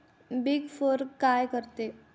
Big four काय करते?